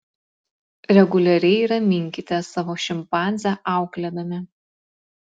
reguliariai raminkite savo šimpanzę auklėdami